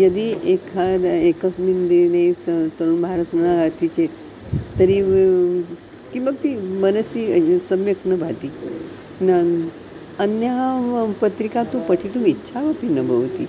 यदि एखाद् एकस्मिन् दिने स तरुणभारतं न याति चेत् तर्हि किमपि मनसि सम्यक् न भाति नान् अन्या पत्रिका तु पठितुमिच्छापि न भवति